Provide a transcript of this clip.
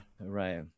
Right